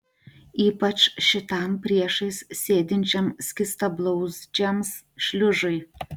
ypač šitam priešais sėdinčiam skystablauzdžiams šliužui